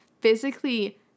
physically